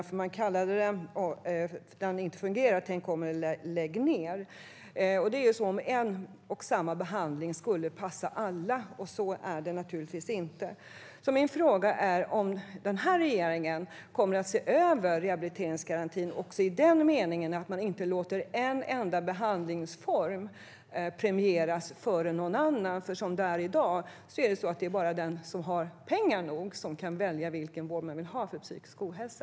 Den har sagts inte fungera, och budskapet är: Tänk om eller lägg ned! Det är som om en och samma behandlingsmetod skulle passa alla, och så är det naturligtvis inte. Min fråga är om den här regeringen kommer att se över rehabiliteringsgarantin också i den meningen, det vill säga se till att inte en behandlingsform premieras före någon annan. Som det är i dag är det nämligen bara om man har nog med pengar som man kan välja vård vid psykisk ohälsa.